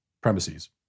premises